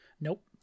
nope